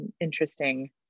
interesting